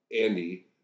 Andy